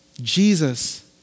Jesus